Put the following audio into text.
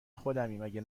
خودمی، مگه